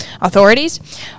authorities